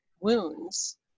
wounds